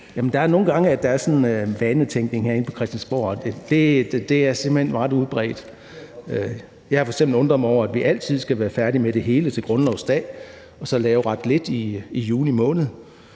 det. Nogle gange er der sådan en vanetænkning herinde på Christiansborg; det er jo simpelt hen ret udbredt. Jeg har f.eks. undret mig over, at vi altid skal være færdige med det hele til grundlovsdag og så lave ret lidt i juni måned,